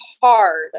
hard